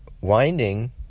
winding